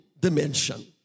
dimension